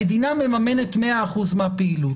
המדינה מממנת מאה אחוזים מהפעילות.